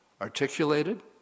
articulated